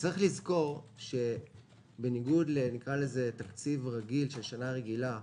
צריך לזכור שבניגוד לתקציב של שנה רגילה,